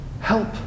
Help